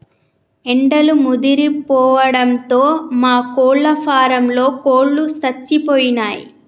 ఎండలు ముదిరిపోవడంతో మా కోళ్ళ ఫారంలో కోళ్ళు సచ్చిపోయినయ్